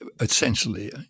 essentially